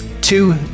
two